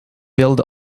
build